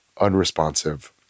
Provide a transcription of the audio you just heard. unresponsive